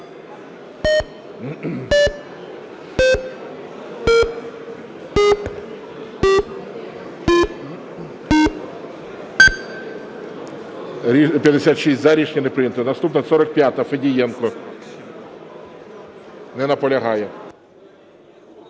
За-56 Рішення не прийнято. Наступна – 45-а, Федієнко. Не наполягає.